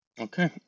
Okay